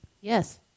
yes